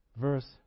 verse